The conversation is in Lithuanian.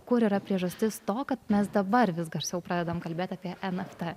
kur yra priežastis to kad mes dabar vis garsiau pradedam kalbėt apie en ef tė